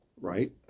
right